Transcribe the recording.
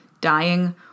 dying